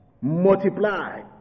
Multiply